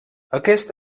aquest